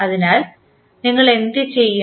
അതിനാൽ ഞങ്ങൾ എന്തു ചെയ്യും